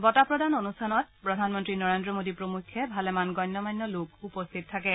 বঁটা প্ৰদান অনুষ্ঠানত প্ৰধানমন্ত্ৰী নৰেন্দ্ৰ মোদী প্ৰমুখ্যে ভালেমান গণ্য মান্য লোক উপস্থিত থাকে